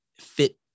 fit